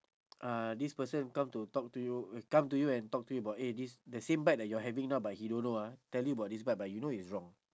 uh this person come to talk to you uh come to you and talk to you about eh this the same bike that you're having now but he don't know ah tell you about this bike but you know it's wrong